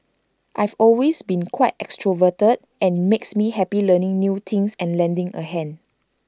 I've always been quite extroverted and IT makes me happy learning new things and lending A hand